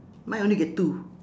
mine only get two